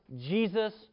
Jesus